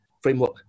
framework